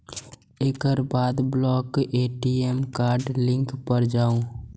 एकर बाद block ATM card link पर जाउ